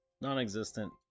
non-existent